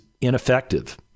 ineffective